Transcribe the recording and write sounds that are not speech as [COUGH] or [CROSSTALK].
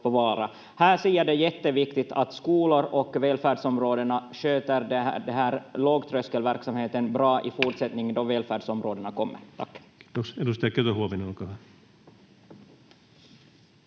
det som jätteviktigt att skolor och välfärdsområdena sköter lågtröskelverksamheten bra i fortsättning [NOISE] då välfärdsområdena kommer. — Tack.